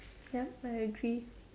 ya I agree